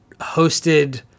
hosted